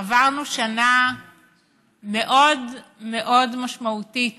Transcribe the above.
עברנו שנה מאוד מאוד משמעותית